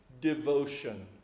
devotion